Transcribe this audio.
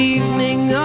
evening